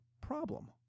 problem